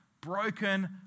broken